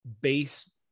base